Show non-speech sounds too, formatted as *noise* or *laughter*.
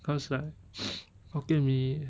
cause like *noise* hokkien mee